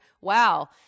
Wow